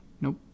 Nope